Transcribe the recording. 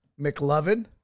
McLovin